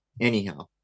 Anyhow